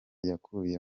yakuye